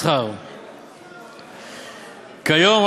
כיום,